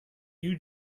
you